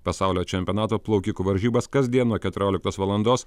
pasaulio čempionato plaukikų varžybas kasdien nuo keturioliktos valandos